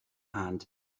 and